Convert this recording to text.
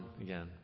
again